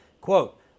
Quote